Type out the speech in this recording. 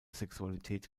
sexualität